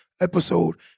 episode